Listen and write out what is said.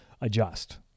adjust